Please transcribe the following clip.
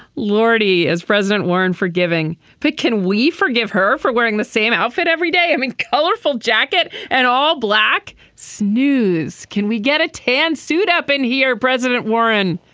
lordy as president warren forgiving but can we forgive her for wearing the same outfit every day. i mean colorful jacket and all black snooze can we get a tan suit up in here president warren